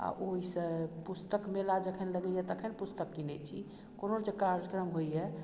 आ ओहिसँ पुस्तक मेला जखन लगैया तखन पुस्तक कीनै छी कोनो जे कार्यक्रम होइया